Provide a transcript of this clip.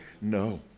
No